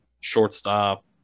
shortstop